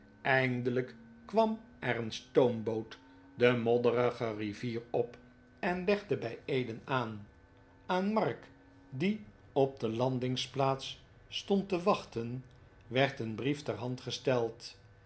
eindelijk kwam er een stoomboot de modderige rivier op en legde bij eden aan aan mark die op de landingsplaats stond te wachten werd een brief ter hand gesteld